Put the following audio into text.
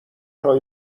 های